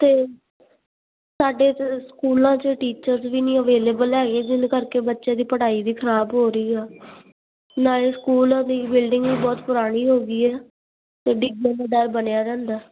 ਅਤੇ ਸਾਡੇ ਸਕੂਲਾਂ ਚ ਟੀਚਰਜ਼ ਵੀ ਨਹੀਂ ਅਵੇਲੇਬਲ ਹੈਗੇ ਜਿਸ ਕਰਕੇ ਬੱਚੇ ਦੀ ਪੜ੍ਹਾਈ ਵੀ ਖ਼ਰਾਬ ਹੋ ਰਹੀ ਆ ਨਾਲੇ ਸਕੂਲਾਂ ਦੀ ਬਿਲਡਿੰਗ ਵੀ ਬਹੁਤ ਪੁਰਾਣੀ ਹੋ ਗਈ ਉਹ ਦੀ ਮੈਨੂੰ ਇੱਕ ਡਰ ਬਣਿਆ ਰਹਿੰਦਾ